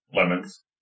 Lemons